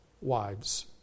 wives